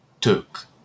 took